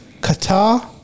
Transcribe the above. Qatar